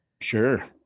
Sure